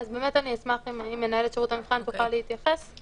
אני אשמח אם מנהלת שירות המבחן תוכל להתייחס.